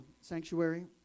sanctuary